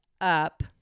up